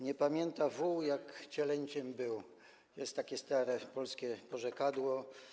Nie pamięta wół, jak cielęciem był - jest takie stare polskie porzekadło.